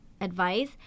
advice